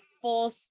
full